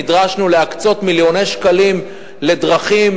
נדרשנו להקצות מיליוני שקלים לדרכים,